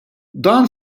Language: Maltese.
dan